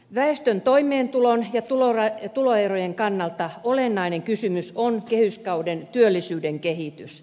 väestön toimeentulon ja tuloerojen kannalta olennainen kysymys on kehyskauden työllisyyden kehitys